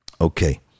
Okay